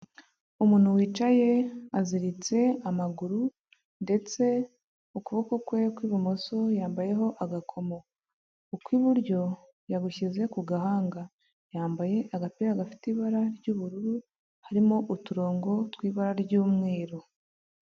Umuntu wicaye aziritse amaguru, ndetse ukuboko kwe kw'ibumoso yambaye ho agakomo u kw'iburyo yagushyize ku gahanga, yambaye agapira gafite ibara ry'ubururu harimo uturongo tw'ibara ry'umweru.